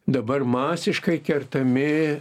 dabar masiškai kertami